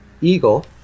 eagle